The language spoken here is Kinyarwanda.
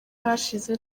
hashize